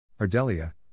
Ardelia